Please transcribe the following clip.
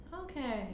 Okay